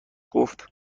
گفت